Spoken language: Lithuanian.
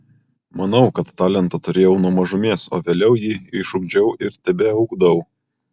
manau kad talentą turėjau nuo mažumės o vėliau jį išugdžiau ir tebeugdau